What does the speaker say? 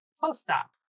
post-op